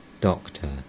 Doctor